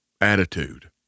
attitude